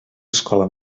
escola